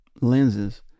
lenses